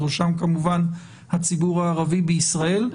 בראשם הציבור הערבי הישראלי.